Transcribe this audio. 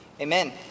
Amen